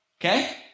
okay